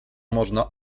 można